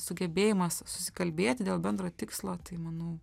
sugebėjimas susikalbėti dėl bendro tikslo tai manau